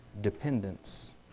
dependence